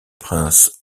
prince